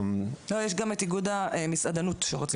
אני יודע ששי מתחום המסעדנות נמצא